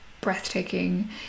breathtaking